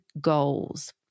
goals